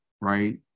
right